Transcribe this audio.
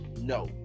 No